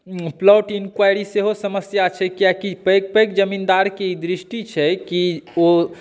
plot inquiry सेहो समस्या छै कियाकि पैघ पैघ जमीन्दारकेँ दृष्टि छै कि ओ